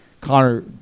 Connor